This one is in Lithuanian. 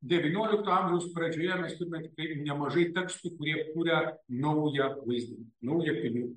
devyniolikto amžiaus pradžioje mes turime tikrai nemažai tekstų kurie kuria naują vaizdinį naują pilį